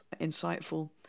insightful